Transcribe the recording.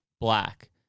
Black